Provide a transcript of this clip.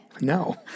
No